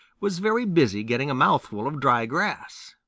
was very busy getting a mouthful of dry grass.